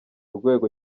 rwego